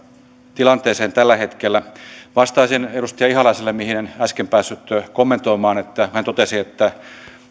tilanteeseen tällä hetkellä vastaisin edustaja ihalaiselle kun en äsken päässyt kommentoimaan hän totesi että